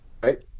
right